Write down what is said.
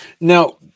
now